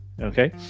Okay